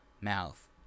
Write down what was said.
mouth